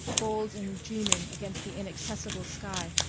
gold and dreaming against the inaccessible sky.